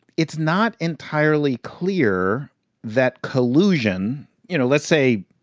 it's not entirely clear that collusion you know, let's say,